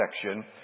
section